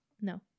No